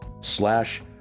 slash